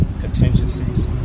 contingencies